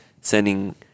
sending